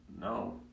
No